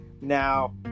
Now